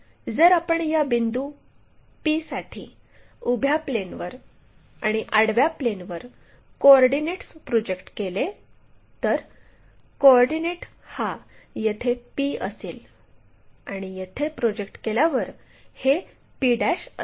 जर आपण या p बिंदूसाठी उभ्या प्लेनवर आणि आडव्या प्लेनवर कोऑर्डिनेट्स प्रोजेक्ट केले तर कोऑर्डिनेट हा येथे p असेल आणि येथे प्रोजेक्ट केल्यावर हे p असेल